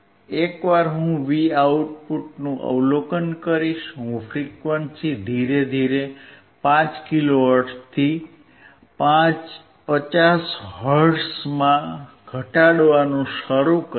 એકવાર હું Voutનું અવલોકન કરીશ હું ફ્રીક્વંસી ધીમે ધીમે 5 કિલોહર્ટ્ઝથી 50 હર્ટ્ઝમાં ઘટાડવાનું શરૂ કરીશ